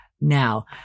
Now